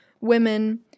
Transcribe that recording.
women